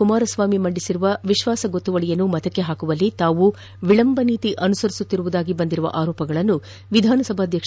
ಕುಮಾರಸ್ವಾಮಿ ಮಂಡಿಸಿರುವ ವಿಶ್ವಾಸಗೊತ್ತುವಳಿಯನ್ನು ಮತಕ್ಕೆ ಹಾಕುವಲ್ಲಿ ತಾವು ವಿಳಂಬ ನೀತಿ ಅನುಸರಿಸುತ್ತಿರುವುದಾಗಿ ಬಂದಿರುವ ಆರೋಪಗಳನ್ನು ವಿಧಾನಸಭಾಧ್ಯಕ್ಷ ಕೆ